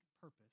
purpose